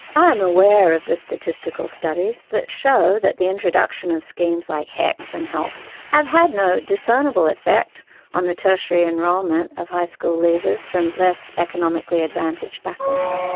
i am aware of the statistical studies that show the introduction of schemes like hecs and help have had no discernable effect on the tertiary enrollment of high-school leavers from less economically advantaged backgrounds,